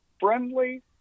friendly